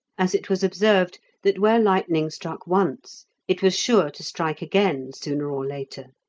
as it was observed that where lightning struck once it was sure to strike again, sooner or later.